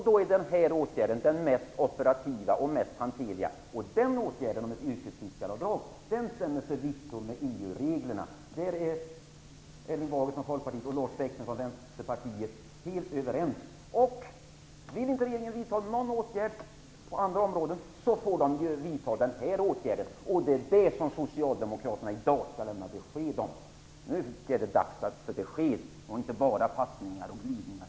Då är denna åtgärd den mest operativa och hanterliga. Den åtgärden för yrkesfiskarna stämmer förvisso överens med EU-reglerna. Där är Erling Bager från Vill inte regeringen vidta någon åtgärd på andra områden, så får de ju vidta den här åtgärden. Det är det som Socialdemokraterna i dag skall lämna besked om. Nu är det dags för besked och inte bara passningar och glidningar.